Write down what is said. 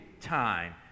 time